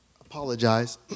Apologize